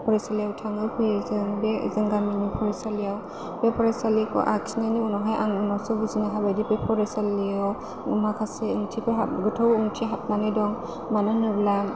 फरायसालियाव थाङो फैयो जों बे जों गामिनि फरायसालियाव बे फरायसालिखौ आखिनानै उनावहाय आं उनावसो बुजिनो हाबाय दि बे फरायसालियाव माखासे ओंथिफोर हाब गोथौ ओंथि हाबनानै दं मानो होनोब्ला